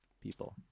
people